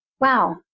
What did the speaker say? wow